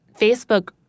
Facebook